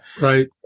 Right